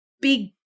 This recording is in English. big